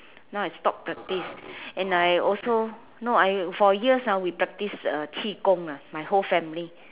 now I stopped practice and I also no I for years ah we practiced uh qi gong ah my whole family